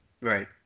Right